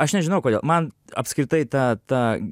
aš nežinau kodėl man apskritai ta ta